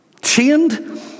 chained